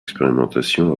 expérimentation